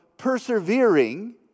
persevering